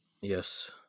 Yes